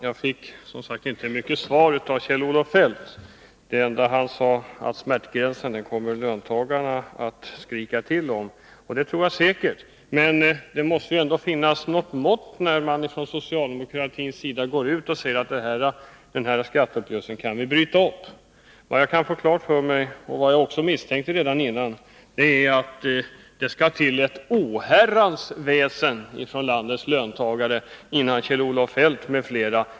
Herr talman! Jag fick inte mycket svar av Kjell-Olof Feldt. Det enda han sade var att löntagarna vid smärtgränsen kommer att skrika till. Det tror jag säkert. Men det måste ju ändå finnas något mått när man från socialdemokratins sida går ut och säger att den här skatteuppgörelsen kan vi bryta upp. Vad jag kan få klart för mig och vad jag också misstänkte redan tidigare är att det skall till ett oherrans väsen från landets löntagare, innan Kjell-Olof Feldt 'm.fl.